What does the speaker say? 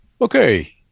Okay